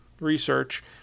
research